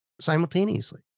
simultaneously